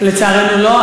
לצערנו לא,